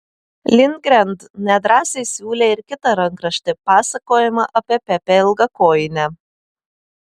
lindgren nedrąsiai siūlė ir kitą rankraštį pasakojimą apie pepę ilgakojinę